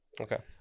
Okay